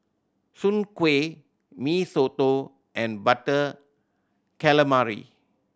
soon kway Mee Soto and Butter Calamari